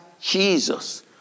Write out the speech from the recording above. Jesus